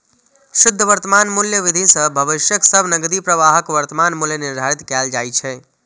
शुद्ध वर्तमान मूल्य विधि सं भविष्यक सब नकदी प्रवाहक वर्तमान मूल्य निर्धारित कैल जाइ छै